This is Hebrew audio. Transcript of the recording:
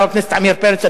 חבר הכנסת עמיר פרץ,